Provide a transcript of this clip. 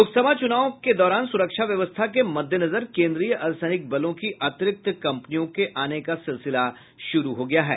लोकसभा चुनाव में सुरक्षा व्यवस्था के मद्देनजर केन्द्रीय अर्द्वसैनिक बलों की अतिरिक्त कंपनियों का आने का सिलसिला शुरू हो गया है